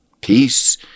Peace